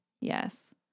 Yes